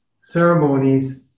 ceremonies